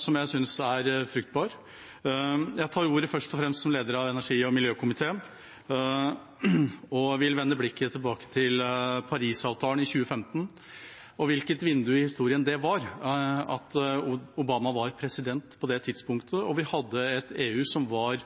som jeg synes er fruktbar. Jeg tar ordet først og fremst som leder av energi- og miljøkomiteen og vil vende blikket tilbake til Parisavtalen i 2015 og i hvilket vindu i historien det var – Obama var president på det tidspunktet, og vi hadde et EU som var